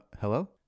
Hello